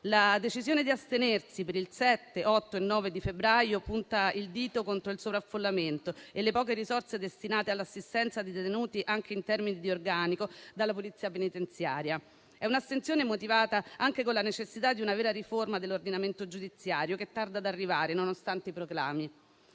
La decisione di astenersi dalle udienze, per i giorni 7, 8 e 9 febbraio, punta il dito contro il sovraffollamento e le poche risorse destinate all'assistenza di detenuti, anche in termini di organico della Polizia penitenziaria. È un'astensione motivata anche con la necessità di una vera riforma dell'ordinamento giudiziario che tarda ad arrivare nonostante i proclami.